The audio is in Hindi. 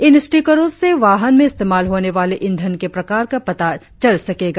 इन स्टीकरों से वाहन में इस्तेमाल होने वाले ईंधन के प्रकार का पता चल सकेगा